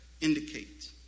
indicate